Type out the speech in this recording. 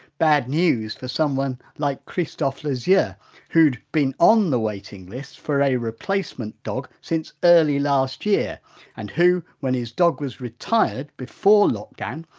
bad news for someone like christophe lazure, yeah who'd been on the waiting list for a replacement dog since early last year and who, when his dog was retired before lockdown,